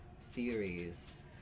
theories